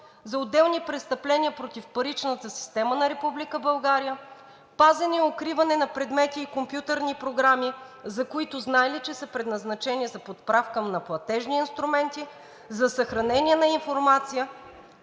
за отделни престъпления против паричната система на Република България, пазене и укриване на предмети, компютърни програми, за които са знаели, че са предназначени за подправка на платежни инструменти, за съхранение на информация